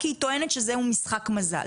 כי היא טוענת שזהו משחק מזל.